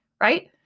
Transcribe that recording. right